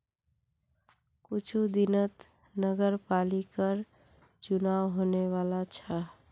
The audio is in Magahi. कुछू दिनत नगरपालिकर चुनाव होने वाला छ